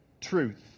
truth